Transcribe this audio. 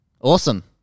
Awesome